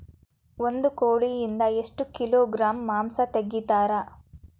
ಒಂದು ಕೋಳಿಯಿಂದ ಎಷ್ಟು ಕಿಲೋಗ್ರಾಂ ಮಾಂಸ ತೆಗಿತಾರ?